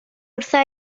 wrtha